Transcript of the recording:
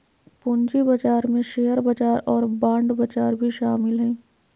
पूँजी बजार में शेयर बजार और बांड बजार भी शामिल हइ